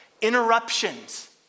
interruptions